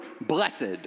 blessed